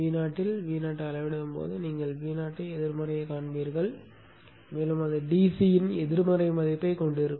Vo இல் Voஐ அளவிடும் போது நீங்கள் Vo எதிர்மறையைக் காண்பீர்கள் மேலும் அது DC இன் எதிர்மறை மதிப்பைக் கொண்டிருக்கும்